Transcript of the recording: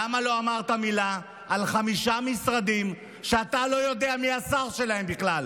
למה לא אמרת מילה על חמישה משרדים שאתה לא יודע מי השר שלהם בכלל?